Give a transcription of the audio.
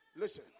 Listen